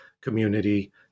community